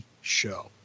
show